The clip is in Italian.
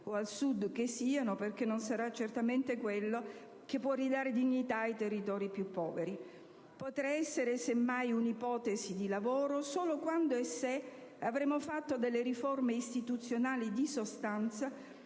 o al Sud perché non sarà certamente quello che può ridare dignità ai territori più poveri. Semmai potrà essere un'ipotesi di lavoro solo quando e se avremo fatto riforme istituzionali di sostanza,